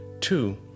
two